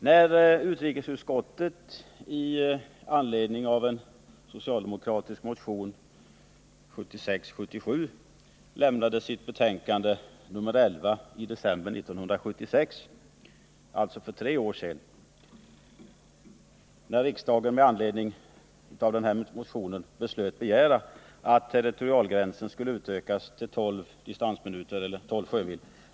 I december 1976 — alltså för tre år sedan — lade utrikesutskottet fram sitt betänkande nr 11 i anledning av en socialdemokratisk motion. Med anledning härav rekommenderade utskottet att territorialgränsen skulle utökas till 12 distansminuter eller 12 sjömil.